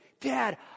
dad